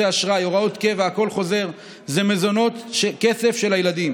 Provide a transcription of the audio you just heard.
עסאקלה, אינו נוכח, חבר הכנסת ניצן הורוביץ,